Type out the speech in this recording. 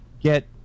get